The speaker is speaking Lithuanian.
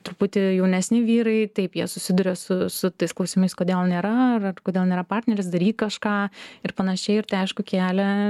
truputį jaunesni vyrai taip jie susiduria su su tais klausimais kodėl nėra ar ar kodėl nėra partneris daryk kažką ir panašiai ir tai aišku kelia